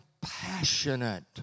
passionate